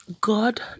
God